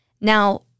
Now-